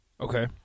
Okay